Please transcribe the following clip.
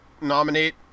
nominate